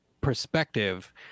perspective